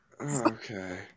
okay